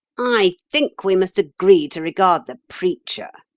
i think we must agree to regard the preacher,